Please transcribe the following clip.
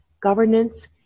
governance